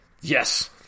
Yes